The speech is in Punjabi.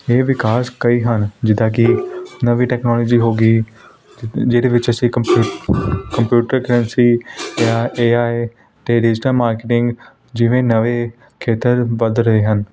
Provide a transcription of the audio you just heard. ਇਹ ਵਿਕਾਸ ਕਈ ਹਨ ਜਿੱਦਾਂ ਕਿ ਨਵੀਂ ਟੈਕਨੋਲਜੀ ਹੋ ਗਈ ਜਿਹਦੇ ਵਿੱਚ ਅਸੀਂ ਕੰਪਿ ਕੰਪਿਊਟਰ ਕਰੰਸੀ ਜਾਂ ਏ ਆਏ ਅਤੇ ਡਿਜੀਟਲ ਮਾਰਕਟਿੰਗ ਜਿਵੇਂ ਨਵੇਂ ਖੇਤਰ ਵਧ ਰਹੇ ਹਨ